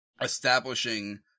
establishing